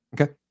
Okay